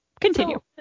continue